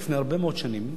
לפני הרבה מאוד שנים,